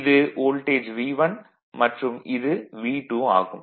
இது voltage V1 மற்றும் இது V2 ஆகும்